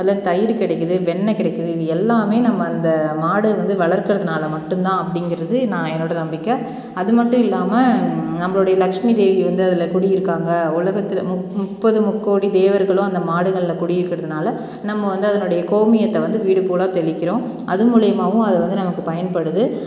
அதில் தயிர் கிடைக்குது வெண்ணை கிடைக்குது இது எல்லாமே நம்ம அந்த மாடு வந்து வளர்க்கிறதுனால மட்டும்தான் அப்படிங்கறது நான் என்னோடய நம்பிக்கை அது மட்டும் இல்லாமல் நம்மளுடைய லக்ஷ்மி தேவி வந்து அதில் குடி இருக்காங்க உலகத்தில் முப் முப்பது முக்கோடி தேவர்களும் அந்த மாடுகளில் குடி இருக்கிறதுனால நம்ம வந்து அதனுடைய கோமியத்தை வந்து வீடு பூரா தெளிக்கிறோம் அது மூலிமாவும் அது வந்து நமக்கு பயன்படுது